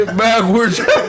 backwards